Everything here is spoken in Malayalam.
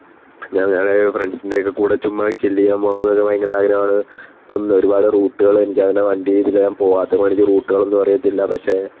ഞങ്ങൾ ഫ്രണ്ട്സിൻ്റെയൊക്കെ കൂടെ ചുമ്മാ ചില്ല് ചെയ്യാൻ പോകണോയെന്നൊക്കെ ഭയങ്കര ആഗ്രഹമാണ് ഇപ്പം ഒരുപാട് റൂട്ടുകൾ എനിക്കങ്ങനെ വണ്ടിയിലിരുന്ന് ഞാൻ പോകാത്തതുകൊണ്ട് എനിക്ക് റൂട്ട്കളൊന്നും അറിയത്തില്ല പക്ഷേ